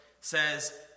says